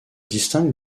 distingue